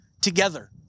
together